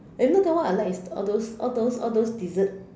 you know then what I like is all those all those all those dessert